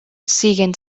siguen